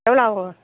எவ்வளோ ஆகும்